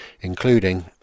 including